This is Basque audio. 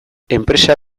enpresa